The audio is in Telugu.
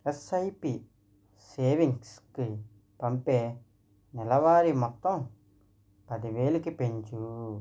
ఎస్ఐపి సేవింగ్స్కి పంపే నెలవారీ మొత్తం పది వేలికి పెంచు